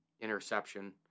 interception